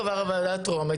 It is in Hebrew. החוק עבר בקריאה טרומית,